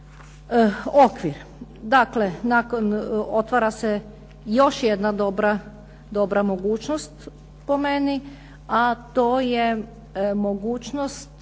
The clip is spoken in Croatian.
okvir. Dakle, nakon, otvara se još jedna dobra mogućnost po meni, a to je mogućnost